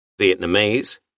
Vietnamese